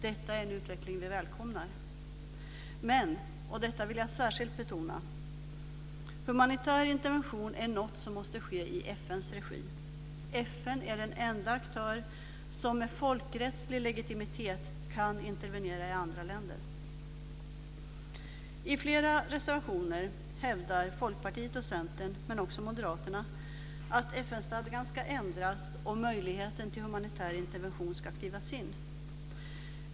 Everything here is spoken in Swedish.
Detta är en utveckling som vi välkomnar. Men, och det vill jag särskilt betona, humanitär intervention är något som måste ske i FN:s regi. FN är den enda aktör som med folkrättslig legitimitet kan intervenera i andra länder. I flera reservationer hävdar Folkpartiet och Centern, men också Moderaterna att FN-stadgan ska ändras och att möjligheten till humanitär intervention ska skrivas in.